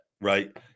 right